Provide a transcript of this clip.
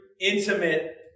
intimate